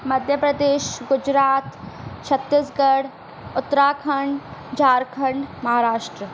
Madhya Pradesh Gujarat Chhattisgarh Uttarakhand Jharkhand Maharashtra